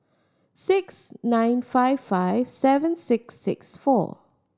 six nine five five seven six six four